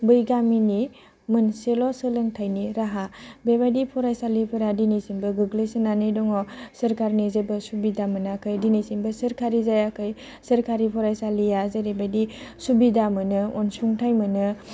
बै गामिनि मोनसेल' सोलोंथाइनि राहा बेबायदि फरायसालिफोरा दिनैसिमबो गोग्लैसोनानै दङ सोरखारनि जेबो सुबिदा मोनाखै दिनैसिमबो सोरखारि जायाखै सोरखारि फरायसालिया जेरैबायदि सुबिदा मोनो अनसुंथाइ मोनो